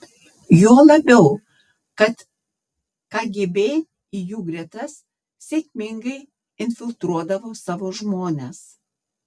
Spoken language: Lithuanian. juo labiau kad kgb į jų gretas sėkmingai infiltruodavo savo žmones